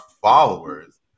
followers